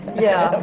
yeah.